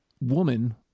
Woman